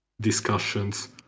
discussions